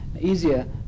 easier